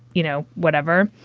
you know, whatever.